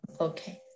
okay